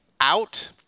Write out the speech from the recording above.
out